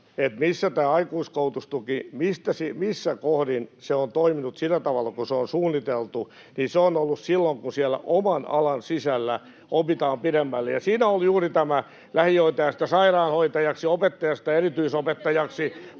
kohdin tämä aikuiskoulutustuki on toiminut sillä tavalla kuin se on suunniteltu, on ollut silloin, kun siellä oman alan sisällä opitaan pidemmälle. Se on ollut juuri lähihoitajasta sairaanhoitajaksi, opettajasta erityisopettajaksi,